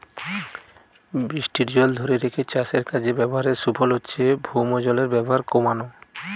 বৃষ্টির জল ধোরে রেখে চাষের কাজে ব্যাভারের সুফল হচ্ছে ভৌমজলের ব্যাভার কোমানা